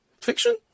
fiction